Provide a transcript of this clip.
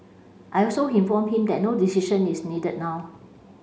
I also informed him that no decision is needed now